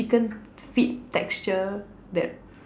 chicken feet texture that